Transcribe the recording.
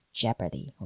jeopardy